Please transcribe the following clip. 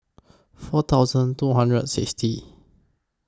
four thousand two hundred and sixty